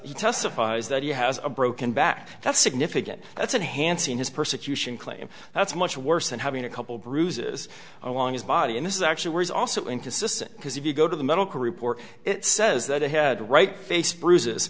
he testifies that he has a broken back that's significant that's a hanson his persecution claim that's much worse than having a couple of bruises along his body and this is actually worse also inconsistent because if you go to the medical report it says that the head right face bruises